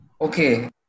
Okay